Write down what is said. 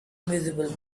invisible